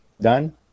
done